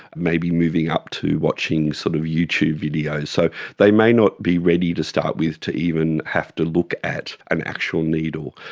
maybe moving up to watching sort of youtube videos. so they may not be ready to start with to even have to look at an actual needle.